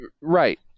Right